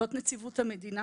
זו נציבות המדינה,